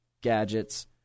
gadgets